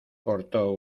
corto